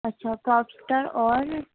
اچھا کاکسٹر اور